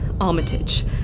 Armitage